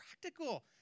practical